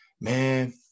Man